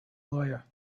lawyer